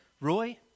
Roy